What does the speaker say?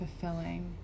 fulfilling